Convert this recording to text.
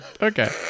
Okay